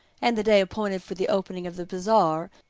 and the day appointed for the opening of the bazaar,